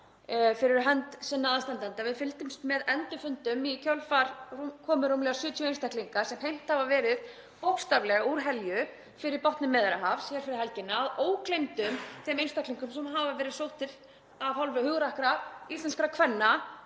fyrir hönd sinna aðstandenda. Við fylgdumst með endurfundum í kjölfar komu rúmlega 70 einstaklinga sem hafa bókstaflega verið heimtir úr helju fyrir botni Miðjarðarhafs fyrir helgi, að ógleymdum þeim einstaklingum sem hafa verið sóttir af hálfu hugrakkra íslenskra kvenna